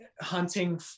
hunting